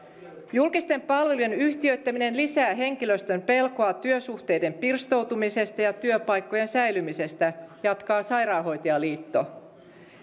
julkisten palvelujen yhtiöittäminen lisää henkilöstön pelkoa työsuhteiden pirstoutumisesta ja työpaikkojen säilymisestä jatkaa sairaanhoitajaliitto